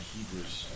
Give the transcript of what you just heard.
Hebrews